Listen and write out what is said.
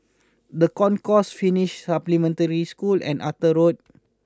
The Concourse Finnish Supplementary School and Arthur Road